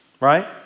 right